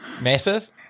Massive